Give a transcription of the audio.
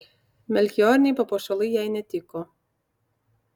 melchioriniai papuošalai jai netiko